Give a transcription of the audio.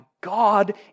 God